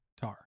Tar